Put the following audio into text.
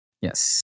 Yes